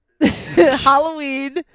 Halloween